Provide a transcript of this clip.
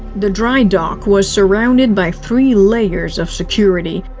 the dry dock was surrounded by three layers of security.